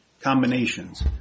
combinations